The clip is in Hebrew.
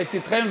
לצדכן,